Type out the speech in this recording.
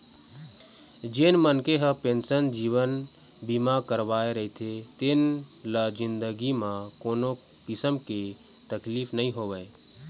जेन मनखे ह पेंसन जीवन बीमा करवाए रहिथे तेन ल जिनगी म कोनो किसम के तकलीफ नइ आवय